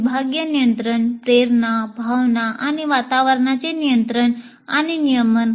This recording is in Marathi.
विभागीय नियंत्रण प्रेरणा भावना आणि वातावरणाचे नियंत्रण आणि नियमन